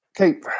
Okay